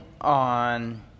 on